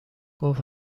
گفت